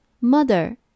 mother